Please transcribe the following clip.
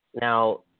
Now